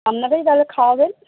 আপনাদেরই তাহলে খাওয়াবেন